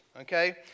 okay